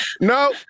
No